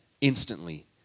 instantly